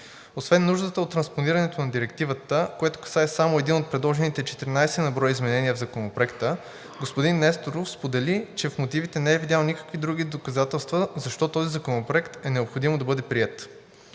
Освен нуждата от транспонирането на Директивата, което касае само един от предложените 14 на брой изменения в Законопроекта, господин Несторов сподели, че в мотивите не е видял никакви други доказателства защо този законопроект е необходимо да бъде приет.